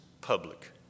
public